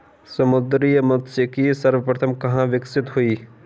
समुद्री मत्स्यिकी सर्वप्रथम कहां विकसित हुई?